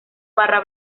barra